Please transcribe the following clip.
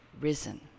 risen